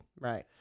Right